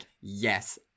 yes